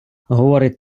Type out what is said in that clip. говорить